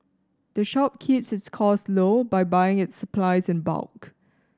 the shop keeps its costs low by buying its supplies in bulk